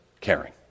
caring